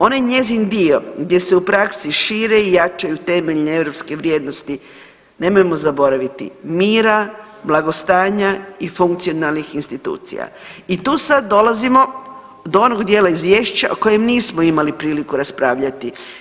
Onaj njezin dio gdje se u praksi šire i jačaju temeljne europske vrijednosti, nemojmo zaboraviti, mira, blagostanja i funkcionalnih institucija i tu sad dolazimo do onog dijela izvješća o kojem nismo imali priliku raspravljati.